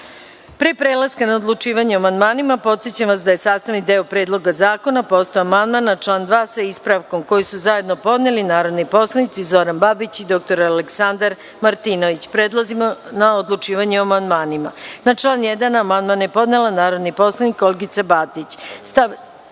prelaska na odlučivanje o amandmanima, podsećam vas da je sastavni deo Predloga zakona postao amandman na član 2, sa ispravkom, koji su zajedno podneli narodni poslanici Zoran Babić i dr Aleksandar Martinović. Prelazimo na odlučivanje o amandmanima. Na član 1. amandman je podnela narodni poslanik Olgica